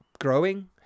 growing